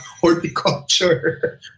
horticulture